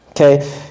Okay